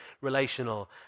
relational